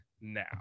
now